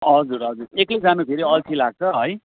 हजुर हजुर एक्लै जानु फेरि अल्छी लाग्छ है